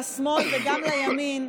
לשמאל וגם לימין,